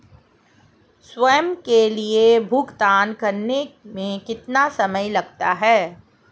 स्वयं के लिए भुगतान करने में कितना समय लगता है?